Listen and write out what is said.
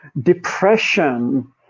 depression